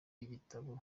ibitabo